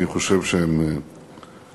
אני חושב שהם משקפים